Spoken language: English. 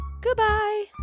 Goodbye